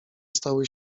stały